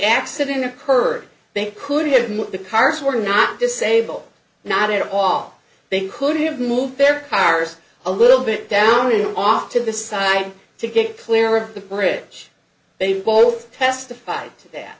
accident occurred they could have moved the cars were not disabled not at all they could have moved their cars a little bit down and off to the side to get clear of the bridge they both testified that